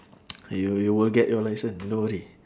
you will you will get your licence don't worry